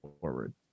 forward